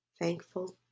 Thankful